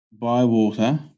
Bywater